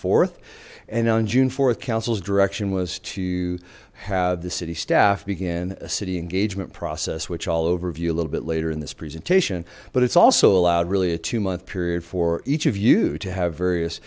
th and on june th councils direction was to have the city staff began a city engagement process which i'll overview a little bit later in this presentation but it's also allowed really a two month period for each of you to have various